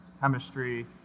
chemistry